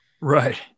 right